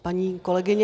Paní kolegyně